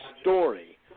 story